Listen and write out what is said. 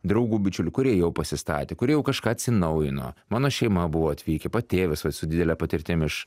draugų bičiulių kurie jau pasistatė kurie jau kažką atsinaujino mano šeima buvo atvykę patėvis vat su didele patirtim iš